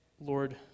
Lord